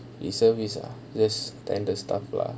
reservist ah just tend the stuff lah